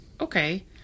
okay